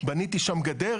בניתי שם גדר,